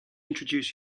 introduce